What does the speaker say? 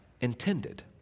intended